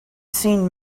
seen